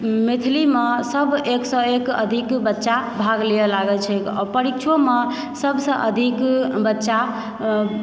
मैथिलीमे सभ एकसँ एक अधिक बच्चा भाग लिअ लागल छै आ परीक्षोमऽ सभसँ अधिक बच्चा